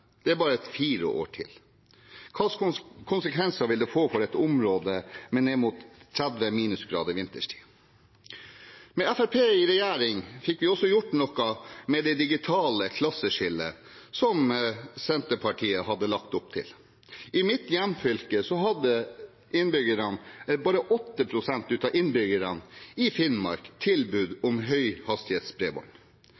Det er bare fire år til. Hvilke konsekvenser vil det få for et område med ned mot 30 minusgrader vinterstid? Med Fremskrittspartiet i regjering fikk vi også gjort noe med det digitale klasseskillet som Senterpartiet hadde lagt opp til. I mitt hjemfylke, Finnmark, hadde bare 8 pst. av innbyggerne tilbud om høyhastighetsbredbånd. Med Fremskrittspartiet i